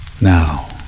now